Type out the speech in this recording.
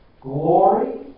glory